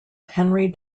henry